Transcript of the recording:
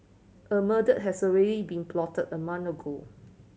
a murder has already been plotted a ago